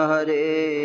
Hare